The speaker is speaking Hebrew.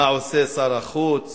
מה עושה שר החוץ